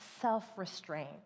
self-restraint